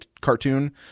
cartoon